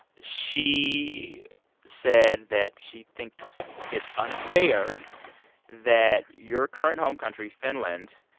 she said that she thinks it's unfair that your current home country, finland,